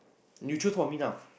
you choose for me now